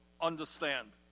understand